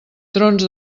trons